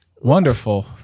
Wonderful